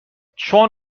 چون